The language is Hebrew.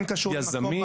יזמים,